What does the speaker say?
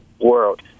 world